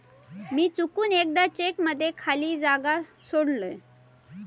मी चुकून एकदा चेक मध्ये खाली जागा सोडलय